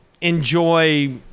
enjoy